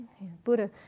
Buddha